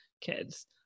kids